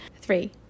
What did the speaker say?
Three